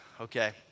Okay